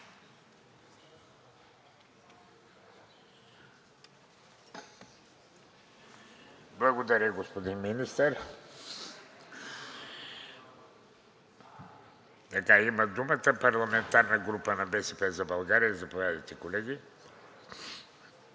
Благодаря, господин Министър. Има думата парламентарната група на „БСП за България“. Заповядайте, колеги.